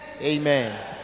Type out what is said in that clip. Amen